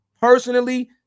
Personally